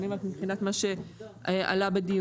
אבל אני אומרת מבחינת מה שעלה בדיונים.